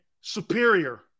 superior